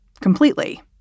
completely